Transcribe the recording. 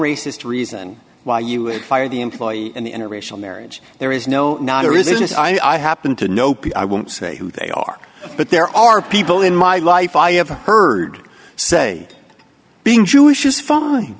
racist reason why you would fire the employee in the interracial marriage there is no now there is i happen to know p i won't say who they are but there are people in my life i have heard say being jewish is f